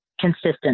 consistent